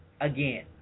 again